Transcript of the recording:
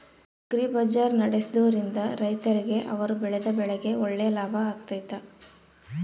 Agri Bazaar ನಡೆಸ್ದೊರಿಂದ ರೈತರಿಗೆ ಅವರು ಬೆಳೆದ ಬೆಳೆಗೆ ಒಳ್ಳೆ ಲಾಭ ಆಗ್ತೈತಾ?